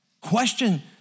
Question